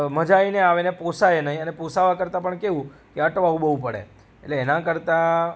મજાય નહીં આવે ને પોસાય નહીં અને પોસાવા કરતાં પણ કેવું કે અટવાવું બહુ પડે એટલે એના કરતાં